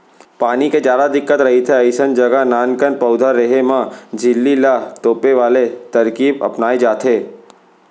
पानी के जादा दिक्कत रहिथे अइसन जघा नानकन पउधा रेहे म झिल्ली ल तोपे वाले तरकीब अपनाए जाथे